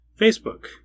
Facebook